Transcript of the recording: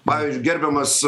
pavyzdžiui gerbiamas